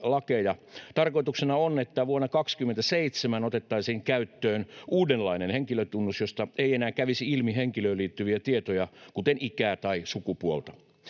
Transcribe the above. Tarkoituksena on, että vuonna 27 otettaisiin käyttöön uudenlainen henkilötunnus, josta ei enää kävisi ilmi henkilöön liittyviä tietoja, kuten ikää tai sukupuolta.